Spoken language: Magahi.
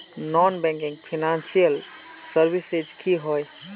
नॉन बैंकिंग फाइनेंशियल सर्विसेज की होय?